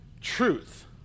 Truth